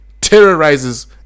terrorizes